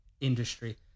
industry